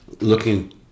looking